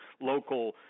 local